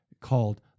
called